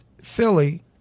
Philly